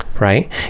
right